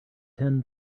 ten